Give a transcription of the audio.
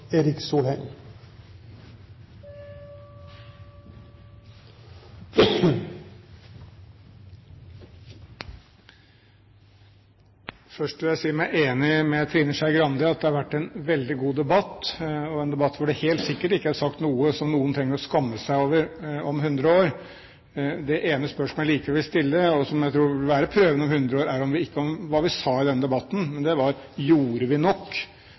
Først vil jeg si meg enig med Trine Skei Grande i at det har vært en veldig god debatt, og en debatt hvor det helt sikkert ikke er sagt noe som noen trenger å skamme seg over om 100 år. Det ene spørsmålet jeg likevel vil stille, og som jeg tror vil være prøven om 100 år, er ikke om hva vi sa i denne debatten, men det er: Gjorde vi nok